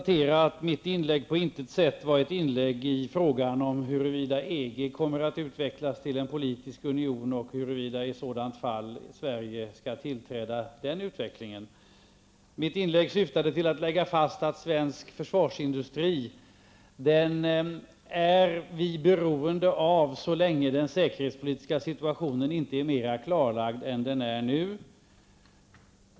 Herr talman! Mitt inlägg var på intet sätt ett inlägg i diskussionen om huruvida EG kommer att utvecklas till politisk union eller inte och om huruvida Sverige i så fall skall biträda en sådan utveckling. Syftet med mitt inlägg var i stället att lägga fast att vi är beroende av svensk försvarsindustri så länge den säkerhetspolitiska situationen inte är mer klarlagd än den är nu.